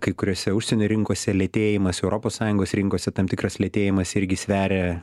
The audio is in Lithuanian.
kai kuriose užsienio rinkose lėtėjimas europos sąjungos rinkose tam tikras lėtėjimas irgi sveria